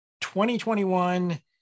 2021